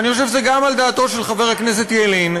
ואני חושב שזה גם על דעתו של חבר הכנסת ילין.